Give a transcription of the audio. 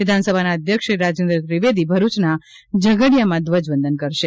વિધાનસભાના અધ્યક્ષ શ્રી રાજેન્દ્ર ત્રિવેદી ભરૂચના ઝઘડીયામાં ધ્વજવંદન કરશે